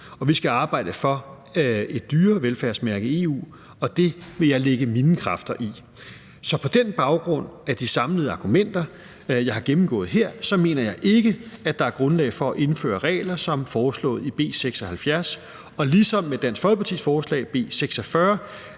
EU. Vi skal arbejde for et dyrevelfærdsmærke i EU, og det vil jeg lægge mine kræfter i. Så på baggrund af de samlede argumenter, jeg har gennemgået her, mener jeg ikke, at der er grundlag for at indføre regler som foreslået i B 76, og ligesom med Dansk Folkepartis